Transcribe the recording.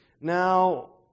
Now